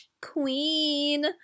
queen